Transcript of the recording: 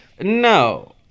no